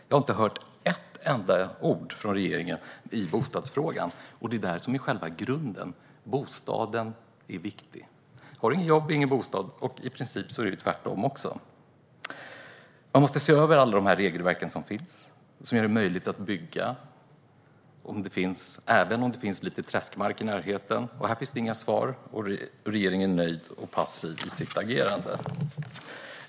Jag har inte hört ett enda ord från regeringen i bostadsfrågan, och det är den som är själva grunden. Bostaden är viktig. Har du inget jobb får du ingen bostad - och i princip vice versa. Man måste se över alla regelverk som finns och göra det möjligt att bygga även om det finns lite träskmark i närheten. Här finns det inga svar, men regeringen är nöjd och passiv i sitt agerande.